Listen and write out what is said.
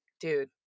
dude